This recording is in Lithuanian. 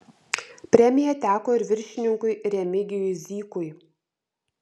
premija teko ir viršininkui remigijui zykui